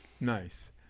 Nice